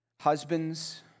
husbands